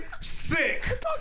sick